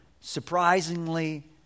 surprisingly